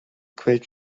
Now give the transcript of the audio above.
quick